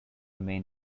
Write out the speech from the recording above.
main